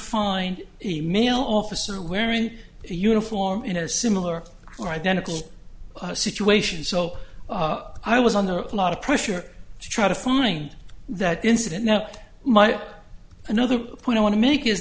find a male officer wearing a uniform in a similar or identical situation so i was under a lot of pressure to try to find that incident now my another point i want to make is